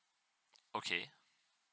okay